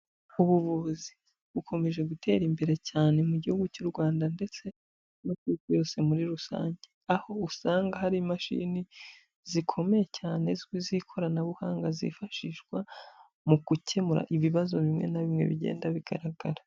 Ubuvuzi bukomeje gutera imbere cyane mu gihugu cy'u Rwanda ndetse no ku isi yose muri rusange, aho usanga hari imashini zikomeye cyane z'ikoranabuhanga, zifashishwa mu gukemura ibibazo bimwe na bimwe bigenda bigaragara.